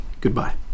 goodbye